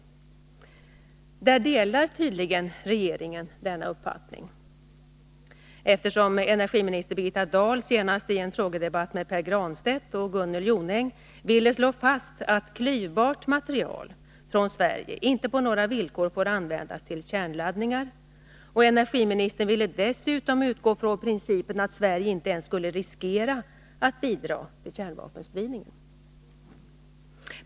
Regeringen delar tydligen denna uppfattning, eftersom energiminister Birgitta Dahl senast i en frågedebatt med Pär Granstedt och Gunnel Jonäng ville slå fast att klyvbart material från Sverige inte på några villkor får användas till kärnladdningar. Energiministern ville dessutom utgå från principen att Sverige inte ens skulle riskera att bidra till kärnvapenspridningen.